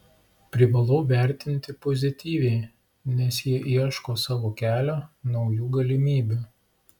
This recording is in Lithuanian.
privalau vertinti pozityviai nes jie ieško savo kelio naujų galimybių